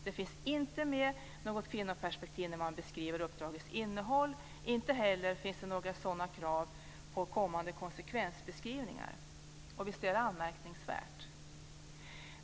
Det finns inget krav på kvinnoperspektiv när man beskriver uppdragets innehåll. Inte heller finns det några sådana krav på kommande konsekvensbeskrivningar. Visst är det anmärkningsvärt.